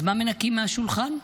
אז מה מנקים מהשולחן?